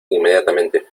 inmediatamente